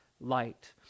light